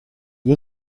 you